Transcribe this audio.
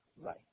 right